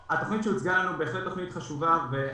התוכנית שהוצגה לנו היא בהחלט תוכנית חשובה ואנחנו